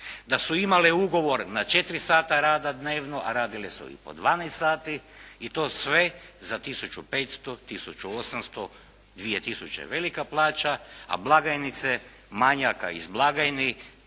da su imale ugovor na četiri sata rada dnevno, a radile su i po 12 sati i to sve za 1500, 1800, 2000 je velika plaća a blagajnice, manjaka iz blagajni,